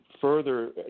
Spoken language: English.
further